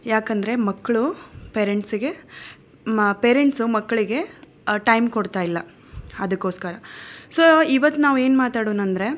ಯಾಕಂದರೆ ಮಕ್ಕಳು ಪೇರೆಂಟ್ಸಿಗೆ ಪೇರೆಂಟ್ಸು ಮಕ್ಕಳಿಗೆ ಟೈಮ್ ಕೊಡ್ತಾ ಇಲ್ಲ ಅದಕ್ಕೋಸ್ಕರ ಸೊ ಇವತ್ತು ನಾವು ಏನು ಮಾತಾಡೋಣ ಅಂದರೆ